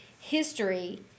history